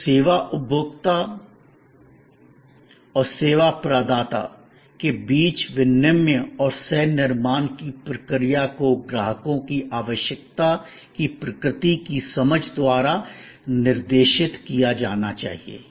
तो सेवा उपभोक्ता और सेवा प्रदाता के बीच विनिमय और सह निर्माण की प्रक्रिया को ग्राहकों की आवश्यकता की प्रकृति की समझ द्वारा निर्देशित किया जाना चाहिए